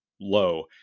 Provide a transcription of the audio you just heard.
low